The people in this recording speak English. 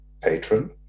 patron